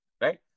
Right